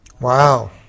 Wow